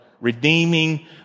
redeeming